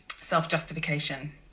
self-justification